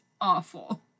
awful